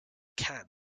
can